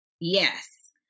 yes